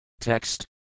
Text